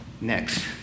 Next